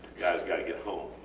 guys got to get home,